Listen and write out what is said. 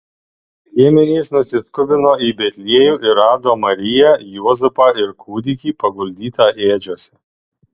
piemenys nusiskubino į betliejų ir rado mariją juozapą ir kūdikį paguldytą ėdžiose